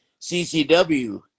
CCW